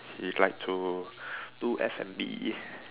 he like to do F&B